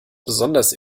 besonders